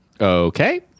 Okay